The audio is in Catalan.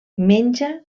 menja